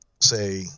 say